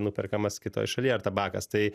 nuperkamas kitoj šaly ar tabakas tai